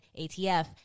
ATF